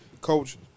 Coach